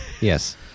Yes